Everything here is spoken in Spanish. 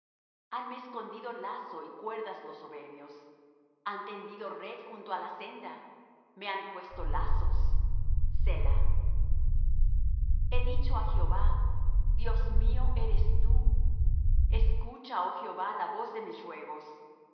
hanme escondido lazo y cuerdas los soberbios han tendido red junto á la senda me han puesto lazos selah he dicho á jehová dios mío eres tú escucha oh jehová la voz de mis ruegos